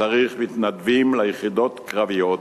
כשצריך מתנדבים ליחידות קרביות,